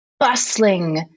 bustling